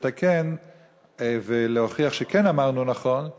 לתקן ולהוכיח שכן אמרנו נכון,